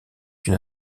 une